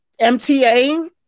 MTA